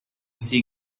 sea